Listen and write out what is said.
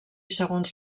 segons